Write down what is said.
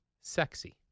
sexy